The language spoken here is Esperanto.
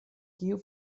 kiu